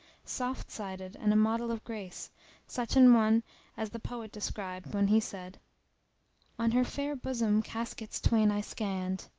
soft sided and a model of grace such an one as the poet described when he said on her fair bosom caskets twain i scanned,